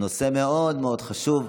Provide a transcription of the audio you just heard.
זה נושא מאוד מאוד חשוב.